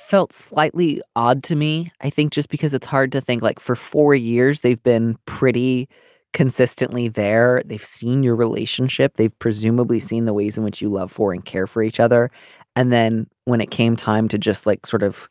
felt slightly odd to me. i think just because it's hard to think like for four years they've been pretty consistently there. they've seen your relationship they've presumably seen the ways in which you love for and care for each other and then when it came time to just like sort of